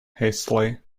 hastily